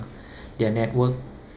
their network